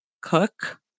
cook